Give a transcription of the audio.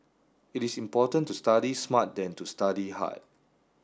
it is important to study smart than to study hard